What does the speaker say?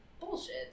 bullshit